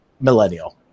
millennial